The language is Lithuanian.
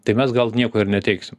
tai mes gal nieko ir neteiksim